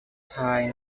time